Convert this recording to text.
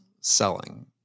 selling